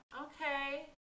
Okay